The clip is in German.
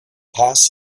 paz